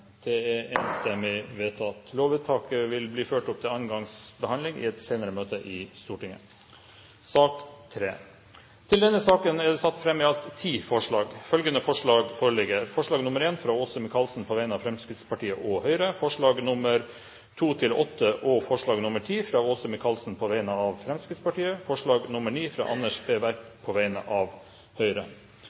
Lovvedtaket vil bli ført opp til andre gangs behandling i et senere møte i Stortinget. Under debatten er det satt fram i alt ti forslag. Det er: forslag nr. 1, fra Åse Michaelsen på vegne av Fremskrittspartiet og Høyre forslagene nr. 2–8 og nr. 10, fra Åse Michaelsen på vegne av Fremskrittspartiet forslag nr. 9, fra Anders B. Werp på vegne av Høyre